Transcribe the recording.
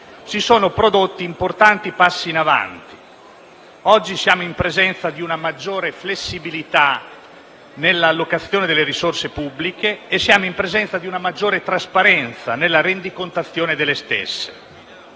si sono prodotti importanti passi in avanti. Oggi siamo in presenza di una maggiore flessibilità nella allocazione delle risorse pubbliche e siamo in presenza di una maggiore trasparenza nella rendicontazione delle stesse.